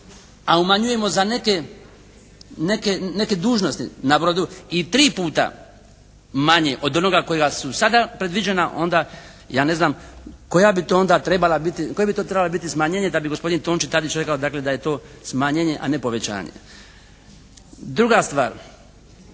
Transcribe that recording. a umanjujemo za neke dužnosti na brodu i tri puta manje od onoga kojega su sada predviđena onda ja ne znam koja bi to onda trebala biti, koje bi to trebalo biti smanjenje da bi gospodin Toni Tadić rekao dakle da je to smanjenje a ne povećanje. Druga stvar.